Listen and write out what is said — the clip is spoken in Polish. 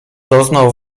doznał